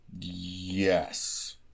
Yes